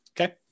Okay